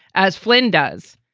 as flynn does.